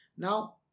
Now